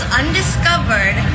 undiscovered